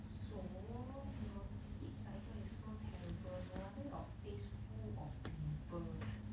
so your sleep cycle is so terrible no wonder your face full of pimple